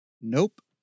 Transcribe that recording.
Nope